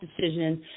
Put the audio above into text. decision